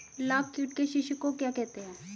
लाख कीट के शिशु को क्या कहते हैं?